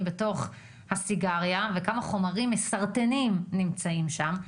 בתוך הסיגריה וכמה חומרים מסרטנים נמצאים שם.